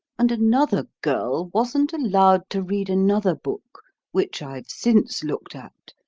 and another girl wasn't allowed to read another book, which i've since looked at,